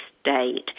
state